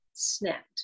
snapped